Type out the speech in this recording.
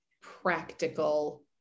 practical